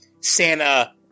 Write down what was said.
Santa